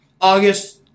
August